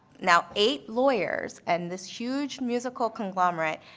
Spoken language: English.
now, eight lawyers and this huge musical conglomerate,